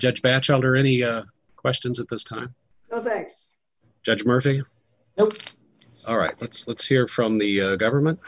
judge batchelder any questions at this time judge murphy all right let's let's hear from the government